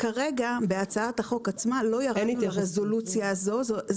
כרגע בהצעת החוק עצמה לא ירדנו לרזולוציה הזאת.